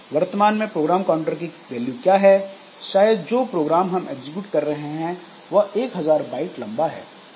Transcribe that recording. वर्तमान में program counter की वैल्यू क्या है शायद जो प्रोग्राम हम एग्जीक्यूट कर रहे हैं वह 1000 बाइट लंबा है